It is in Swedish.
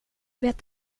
vet